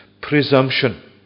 presumption